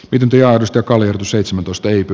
pidempiaikaista kallio seitsemäntoista ypy